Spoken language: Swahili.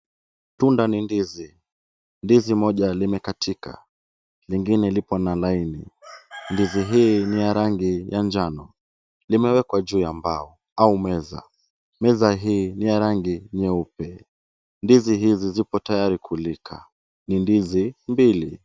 Tunda ni ndizi. Ndizi moja limekatika, lingine lipo na laini , ndizi hii ni ya rangi ya njano, limewekwa juu ya mbao au meza. Meza hii ni ya rangi nyeupe. Ndizi hizi zipo tayari kulika, ni ndizi mbili.